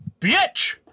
bitch